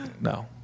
No